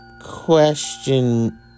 Question